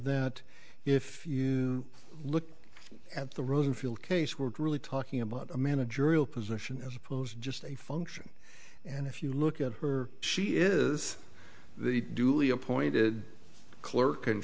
that if you look at the rosenfield case we're really talking about a manager position as opposed to just a function and if you look at her she is the duly appointed clerk and